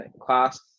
class